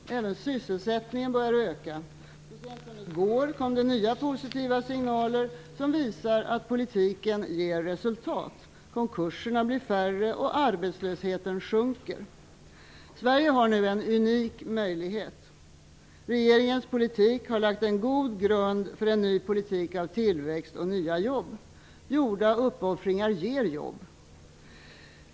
Även sysselsättningen börjar öka. Så sent som i går kom det nya positiva signaler som visar att politiken ger resultat: konkurserna blir färre, och arbetslösheten sjunker. Sverige har nu en unik möjlighet. Regeringens politik har lagt en god grund för en ny period av tillväxt och nya jobb. Gjorda uppoffringar ger jobb.